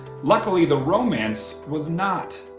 luckily the romance was not.